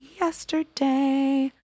yesterday